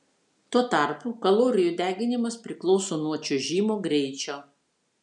tuo tarpu kalorijų deginimas priklauso nuo čiuožimo greičio